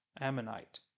Ammonite